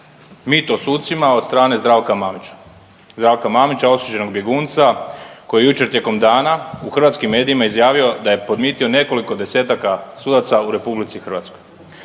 mito sucima od strane Zdravka Mamića. Zdravka Mamića osuđenog bjegunca koji je jučer tijekom dana u hrvatskim medijima izjavio da je podmitio nekoliko desetaka sudaca u RH.